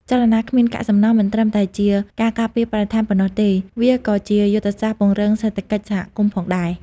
ចលនាគ្មានកាកសំណល់មិនត្រឹមតែជាការការពារបរិស្ថានប៉ុណ្ណោះទេ វាក៏ជាយុទ្ធសាស្ត្រពង្រឹងសេដ្ឋកិច្ចសហគមន៍ផងដែរ។